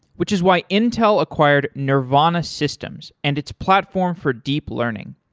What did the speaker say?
which is why intel acquired nervana systems and its platform for deep learning.